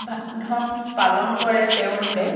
ভা ধন পালন কৰে তেওঁলোকে